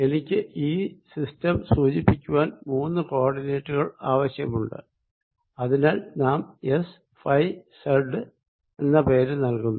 എനിക്ക് ഈ സിസ്റ്റം സൂചിപ്പിക്കുവാൻ മൂന്നു കോ ഓർഡിനേറ്റ്കൾ ആവശ്യമുണ്ട് അതിനാൽ നാം എസ്ഫൈസെഡ് എന്ന് പേര് നൽകുന്നു